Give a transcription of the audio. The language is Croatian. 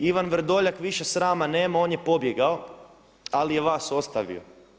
Ivan Vrdoljak više srama nema, on je pobjegao ali je vas ostavio.